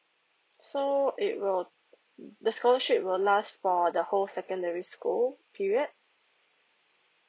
so it will the scholarship will last for the whole secondary school period